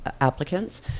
applicants